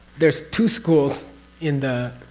there's two schools in the.